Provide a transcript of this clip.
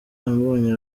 ambonye